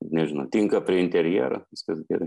nežinau tinka prie interjero viskas gerai